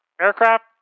aircraft